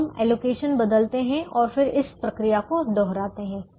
तो हम एलोकेशन बदलते हैं और फिर इस प्रक्रिया को दोहराते हैं